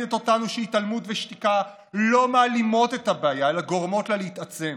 מלמדת אותנו שהתעלמות ושתיקה לא מעלימות את הבעיה אלא גורמות לה להתעצם.